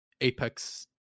Apex